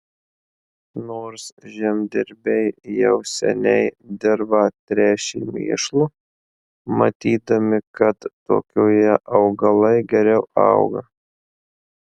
nors žemdirbiai jau seniai dirvą tręšė mėšlu matydami kad tokioje augalai geriau auga